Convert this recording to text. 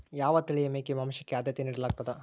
ಯಾವ ತಳಿಯ ಮೇಕೆ ಮಾಂಸಕ್ಕೆ, ಆದ್ಯತೆ ನೇಡಲಾಗ್ತದ?